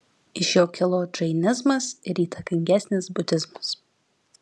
iš jo kilo džainizmas ir įtakingesnis budizmas